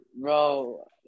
bro